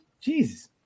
Jesus